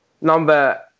Number